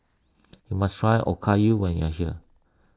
you must try Okayu when you are here